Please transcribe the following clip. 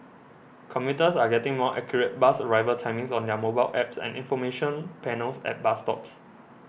commuters are getting more accurate bus arrival timings on their mobile apps and information panels at bus stops